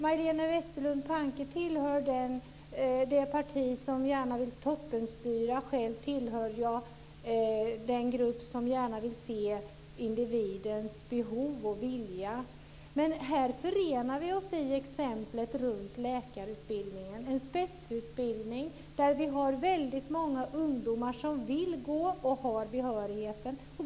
Majléne Westerlund Panke tillhör det parti som gärna vill toppstyra, själv tillhör jag den grupp som gärna vill se individens behov och vilja. Men här förenar vi oss i exemplet runt läkarutbildningen, en spetsutbildning som väldigt många ungdomar vill gå och har behörighet till.